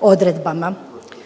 odredbama.